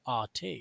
RT